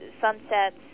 sunsets